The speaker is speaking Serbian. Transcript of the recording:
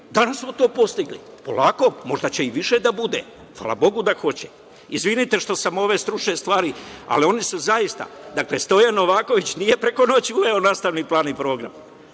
Danas smo to postigli. Polako, možda će i više da bude. Hvala Bogu da hoće. Izvinite što sam ove stručne stvari izneo, ali oni su zaista. Dakle, Stojan Novaković nije preko noći uveo nastavni plan i program,